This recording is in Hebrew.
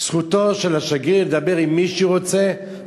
זכותו של השגריר לדבר עם מי שהוא רוצה,